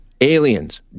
Aliens